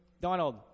Donald